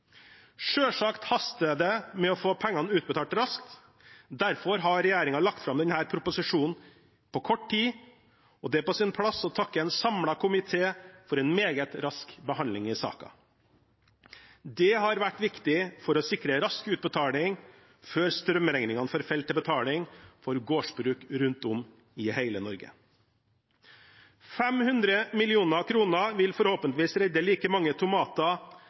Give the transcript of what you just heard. haster det med å få pengene utbetalt raskt. Derfor har regjeringen lagt fram denne proposisjonen på kort tid, og det er på sin plass å takke en samlet komité for en meget rask behandling i saken. Det har vært viktig for å sikre rask utbetaling før strømregningene forfaller til betaling for gårdsbruk rundt om i hele Norge. 500 mill. kr vil forhåpentligvis redde like mange tomater,